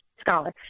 scholar